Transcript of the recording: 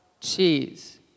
cheese